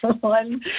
one